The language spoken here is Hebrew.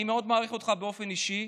אני מאוד מעריך אותך באופן אישי,